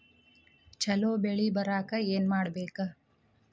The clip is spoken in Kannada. ಛಲೋ ಬೆಳಿ ಬರಾಕ ಏನ್ ಮಾಡ್ಬೇಕ್?